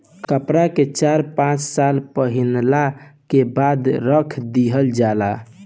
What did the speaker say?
कपड़ा के चार पाँच साल पहिनला के बाद रख दिहल जाला